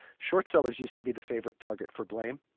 short sellers used to be the favorite target for blame,